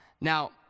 Now